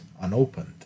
unopened